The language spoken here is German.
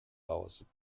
aus